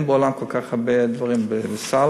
אין בעולם כל כך הרבה דברים בסל.